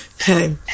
okay